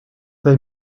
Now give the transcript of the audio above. they